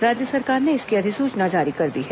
राज्य सरकार ने इसकी अधिसूचना जारी कर दी है